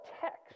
text